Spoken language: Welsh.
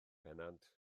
pennant